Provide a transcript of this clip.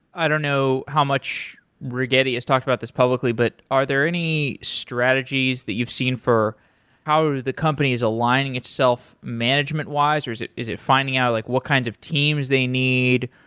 i don't know how much rigetti has talked about this publicly, but are there any strategies that you've seen for how the company is aligning itself management-wise, or is it is it finding out like what kinds of teams they need.